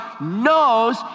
knows